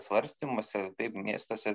svarstymuose taip miestuose